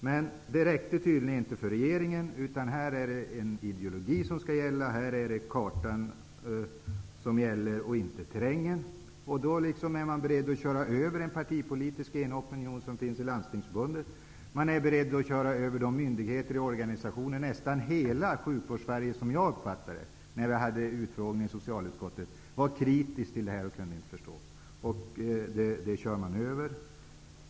Men det räckte tydligen inte för regeringen -- här är det en ideologi som skall gälla; här är det kartan och inte terrängen som gäller. Då är man beredd att köra över en partipolitiskt enig opinion som finns i Landstingsförbundet, och man är beredd att köra över myndigheter och organisationer. Som jag uppfattade det när vi hade utfrågning i socialutskottet var nästan hela Sjukvårdssverige kritiskt till det här och kunde inte förstå det.